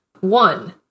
One